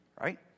right